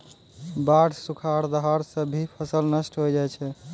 बाढ़, सुखाड़, दहाड़ सें भी फसल नष्ट होय जाय छै